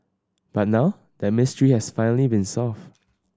but now that mystery has finally been solved